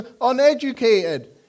uneducated